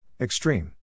Extreme